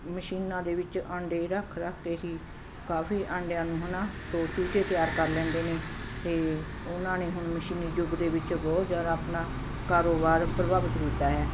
ਮਸ਼ੀਨਾਂ ਦੇ ਵਿੱਚ ਆਂਡੇ ਰੱਖ ਰੱਖ ਕੇ ਹੀ ਕਾਫ਼ੀ ਆਂਡਿਆਂ ਨੂੰ ਹੈ ਨਾ ਤੋਂ ਚੂਚੇ ਤਿਆਰ ਕਰ ਲੈਂਦੇ ਨੇ ਅਤੇ ਉਹਨਾਂ ਨੇ ਹੁਣ ਮਸ਼ੀਨੀ ਯੁੱਗ ਦੇ ਵਿੱਚ ਬਹੁਤ ਜ਼ਿਆਦਾ ਆਪਣਾ ਕਾਰੋਬਾਰ ਪ੍ਰਭਾਵਿਤ ਕੀਤਾ ਹੈ